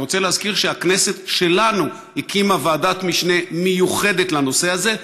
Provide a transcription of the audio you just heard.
אני רוצה להזכיר שהכנסת שלנו הקימה ועדת משנה מיוחדת לנושא הזה,